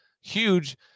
huge